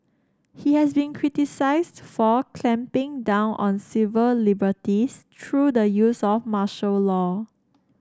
he has been criticised for clamping down on civil liberties through the use of martial law